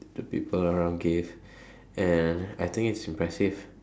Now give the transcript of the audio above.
the people around gave and I think it's impressive